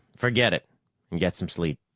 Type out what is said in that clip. forget it and get some sleep.